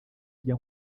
arya